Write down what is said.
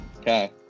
Okay